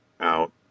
out